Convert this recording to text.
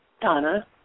Donna